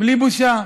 בלי בושה,